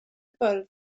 bwrdd